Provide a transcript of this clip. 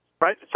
right